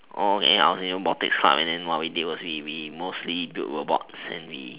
I was in robotics club and then what we did was we we mostly built robots and we